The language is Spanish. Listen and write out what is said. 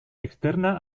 externa